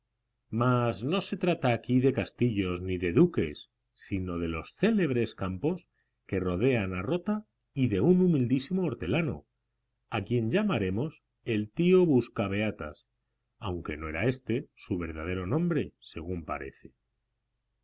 mas no se trata aquí de castillos ni de duques sino de los célebres campos que rodean a rota y de un humildísimo hortelano a quien llamaremos el tío buscabeatas aunque no era éste su verdadero nombre según parece